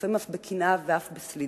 לעתים אף בקנאה, ואף בסלידה.